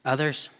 Others